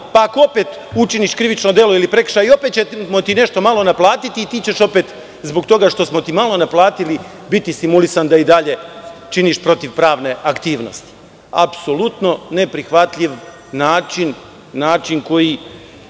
pa ako opet učiniš krivično delo ili prekršaj, opet ćemo ti nešto malo naplatiti i ti ćeš opet zbog toga što smo ti malo naplatili, biti stimulisan da i dalje činiš protiv pravne aktivnosti. Apsolutno neprihvatljiv način kojim